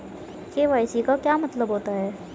KYC का क्या मतलब होता है?